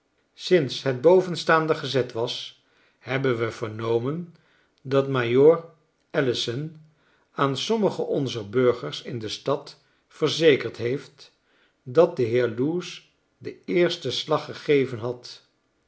sinds het bovenstaande gezet was hebben we vernomen dat majoor allison aan sommige onzer burgers in de stad verzekerd heeft dat de heer loose den eersten slag gegeven had